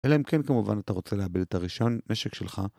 אלא אם כן כמובן אתה רוצה לאבד את הרשיון נשק שלך